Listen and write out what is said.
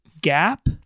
gap